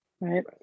Right